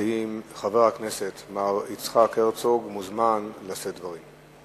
החברתיים חבר הכנסת מר יצחק הרצוג מוזמן לשאת דברים.